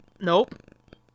Nope